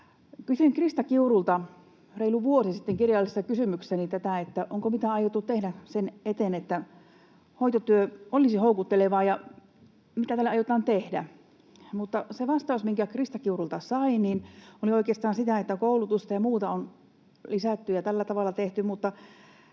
Kysyin Krista Kiurulta reilu vuosi sitten kirjallisessa kysymyksessäni, onko mitä aiottu tehdä sen eteen, että hoitotyö olisi houkuttelevaa, ja mitä tälle aiotaan tehdä, mutta se vastaus, minkä Krista Kiurulta sain, oli oikeastaan sitä, että koulutusta ja muuta on lisätty ja tällä tavalla tehty,